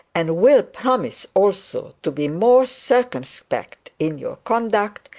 and will promise also to be more circumspect in your conduct,